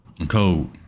code